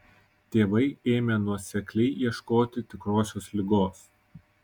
tėvai ėmė nuosekliai ieškoti tikrosios ligos